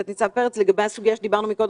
תת ניצב פרץ, לגבי הסוגיה שדיברנו עליה קודם,